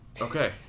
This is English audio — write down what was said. Okay